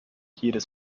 jedes